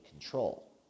control